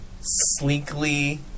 sleekly